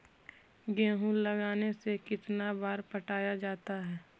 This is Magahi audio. गेहूं लगने से कितना बार पटाया जाता है?